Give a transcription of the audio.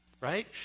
Right